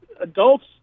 adults